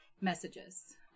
messages